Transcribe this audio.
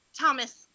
Thomas